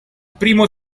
primo